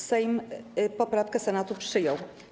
Sejm poprawkę Senatu przyjął.